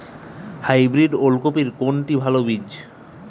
Hybrid ওল কপির কোনটি ভালো বীজ?